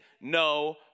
no